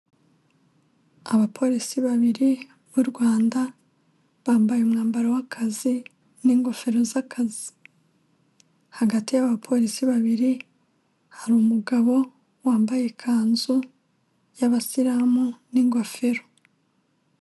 Abapolisi babiri b'u Rwanda bambaye umwambaro w'akazi n'ingofero z'akazi, hagati y'abo bapolisi babiri hari umugabo wambaye ikanzu y'abasiramu n'ingofero.